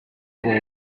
ball